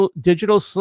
digital